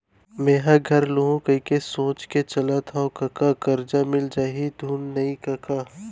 मेंहा घर लुहूं कहिके सोच के चलत हँव कका करजा मिल पाही धुन नइ कका